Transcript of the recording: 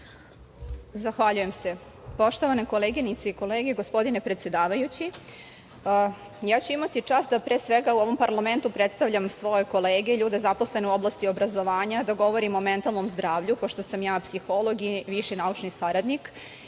Zahvaljujem se. Poštovane koleginice i kolege, gospodine predsedavajući, ja ću imati čast da pre svega u ovom parlamentu predstavljam svoje kolege, ljude zaposlene u oblasti obrazovanja, da govorim o mentalnom zdravlju, pošto sam ja psiholog i viši naučni saradnik